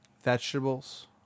vegetables